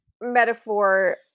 metaphor